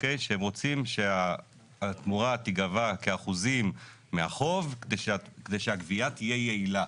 שהם רוצים שהתמורה תיגבה כאחוזים מהחוב כדי שהגבייה תהיה יעילה.